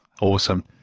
Awesome